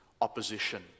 opposition